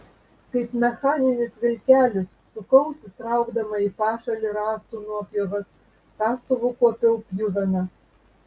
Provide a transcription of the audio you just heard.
kaip mechaninis vilkelis sukausi traukdama į pašalį rąstų nuopjovas kastuvu kuopiau pjuvenas